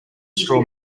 straw